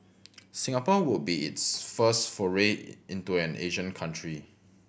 Singapore would be its first foray into an Asian country